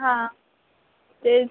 हा तेच